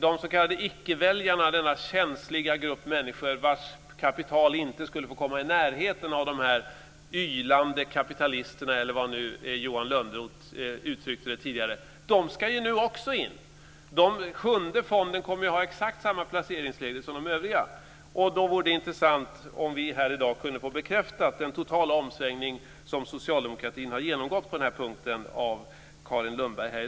De s.k. ickeväljarna - denna känsliga grupp människor vars kapital inte skulle få komma i närheten av de ylande kapitalisterna, som Johan Lönnroth uttryckte det tidigare - ska också in nu. Den sjunde fonden kommer att ha exakt samma placeringsregler som de övriga. Då vore det intressant om vi här i dag kunde få den totala omsvängning som socialdemokratin har genomgått på denna punkt bekräftad av Carin Lundberg.